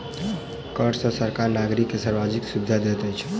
कर सॅ सरकार नागरिक के सार्वजानिक सुविधा दैत अछि